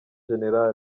gen